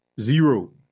zero